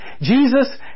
Jesus